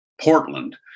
Portland